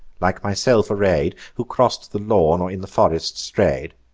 like myself array'd, who cross'd the lawn, or in the forest stray'd?